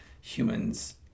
humans